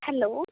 hello